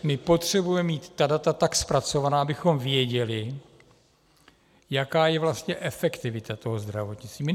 My potřebujeme mít ta data tak zpracovaná, abychom věděli, jaká je vlastně efektivita tohoto zdravotnictví.